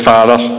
Father